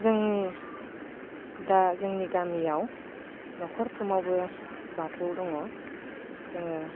जोंनि दा जोंनि गामियाव न'खरफ्रोमावबो बाथौ दङ जोङो